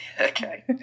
Okay